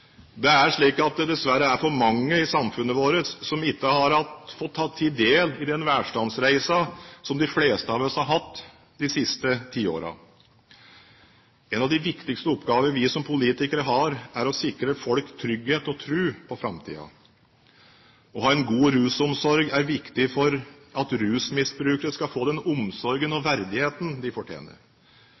Det er slik at det dessverre er for mange i samfunnet vårt som ikke har fått ta del i den velstandsreisen som de fleste av oss har hatt de siste tiårene. En av de viktigste oppgaver vi som politikere har, er å sikre folk trygghet og tro på framtiden. Å ha en god rusomsorg er viktig for at rusmisbrukere skal få den omsorgen og verdigheten de fortjener.